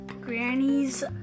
Granny's